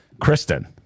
Kristen